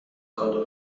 کادو